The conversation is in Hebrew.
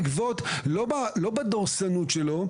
לא בדורסנות שלו,